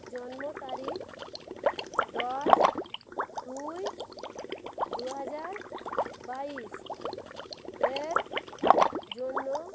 জন্ম তারিখ দশ দুই দু হাজার বাইশ এর জন্য